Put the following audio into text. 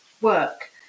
work